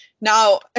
Now